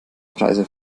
preise